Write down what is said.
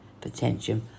potential